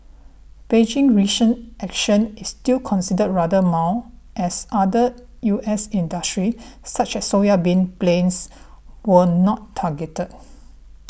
Beijing's recent action is still considered rather mild as other U S industries such as soybeans planes were not targeted